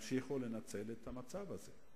ימשיכו לנצל את המצב הזה.